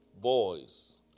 Boys